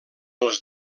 els